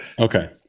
Okay